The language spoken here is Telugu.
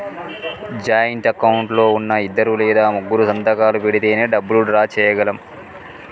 జాయింట్ అకౌంట్ లో ఉన్నా ఇద్దరు లేదా ముగ్గురూ సంతకాలు పెడితేనే డబ్బులు డ్రా చేయగలం